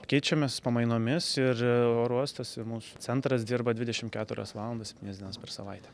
keičiamės pamainomis ir oro uostas ir mūsų centras dirba dvidešim keturias valandas septynias dienas per savaitę